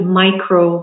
micro